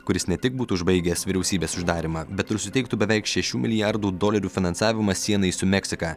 kuris ne tik būtų užbaigęs vyriausybės uždarymą bet ir suteiktų beveik šešių milijardų dolerių finansavimą sienai su meksika